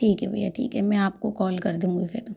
ठीक है भैया ठीक है मैं आपको कॉल कर दूँगी फिर